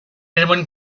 anyone